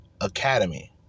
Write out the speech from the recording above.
Academy